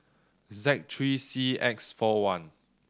Z three C X four one